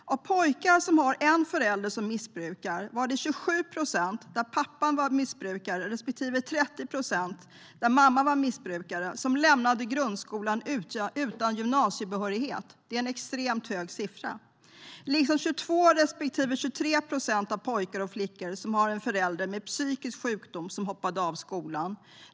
Av pojkar som har en förälder som missbrukar var andelen som lämnade grundskolan utan gymnasiebehörighet 27 procent i de fall då pappan var missbrukare respektive 30 procent då mamman var missbrukare. Det är extremt höga siffror. Det var 22 respektive 23 procent av pojkar och flickor som har en förälder med psykisk sjukdom som hoppade av skolan.